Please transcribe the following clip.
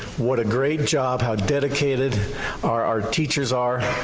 what a great job, how dedicated our our teachers are,